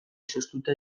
izoztuta